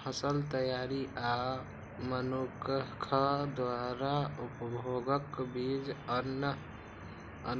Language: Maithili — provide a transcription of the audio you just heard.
फसल तैयारी आ मनुक्ख द्वारा उपभोगक बीच अन्न